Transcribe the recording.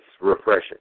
refreshing